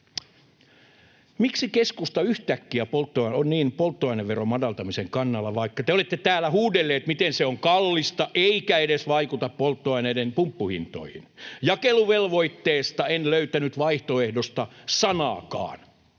Miksi keskusta yhtäkkiä on niin polttoaineveron madaltamisen kannalla, vaikka te olette täällä huudelleet, miten se on kallista eikä edes vaikuta polttoaineiden pumppuhintoihin? Jakeluvelvoitteesta en löytänyt vaihtoehdosta sanaakaan.